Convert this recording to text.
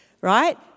right